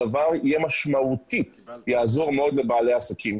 הדבר משמעותית יעזור מאוד לבעלי העסקים.